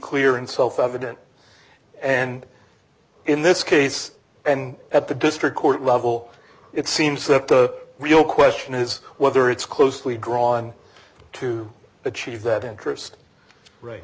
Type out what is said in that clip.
clear and self evident and in this case and at the district court level it seems that the real question is whether it's closely drawn to achieve that interest r